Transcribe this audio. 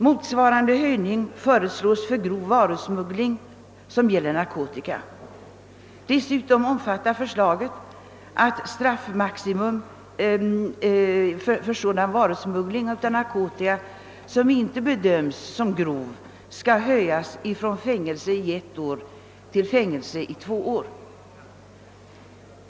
Motsvarande höjning föreslås för grov varusmuggling som gäller narkotika. Dessutom omfattar förslaget att straffmaximum för sådan varusmuggling av narkotika som inte bedöms som grov skall höjas från fängelse i ett år till fängelse i två år.